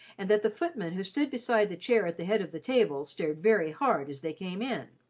and that the footman who stood behind the chair at the head of the table stared very hard as they came in.